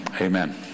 amen